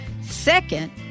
Second